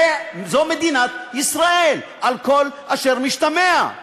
זו מדינת ישראל על כל אשר משתמע.